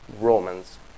Romans